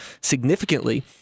significantly